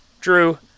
Drew